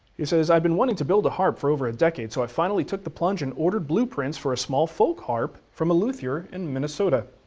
he says, i've been wanting to build a harp for over a decade, so i finally took the plunge and ordered blueprints for a small folk harp from a luthier in minnesota.